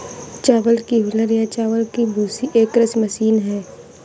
चावल की हूलर या चावल की भूसी एक कृषि मशीन है